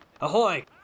Ahoy